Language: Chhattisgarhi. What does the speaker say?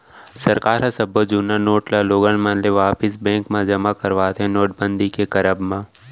सरकार ह सब्बो जुन्ना नोट ल लोगन मन ले वापिस बेंक म जमा करवाथे नोटबंदी के करब म